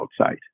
outside